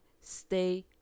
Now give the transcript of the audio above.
Stay